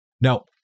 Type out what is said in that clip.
Now